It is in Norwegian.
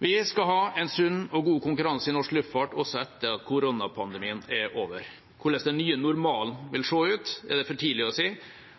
Vi skal ha en sunn og god konkurranse i norsk luftfart også etter at koronapandemien er over. Hvordan den nye normalen vil se ut, er det for tidlig å si,